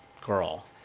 Girl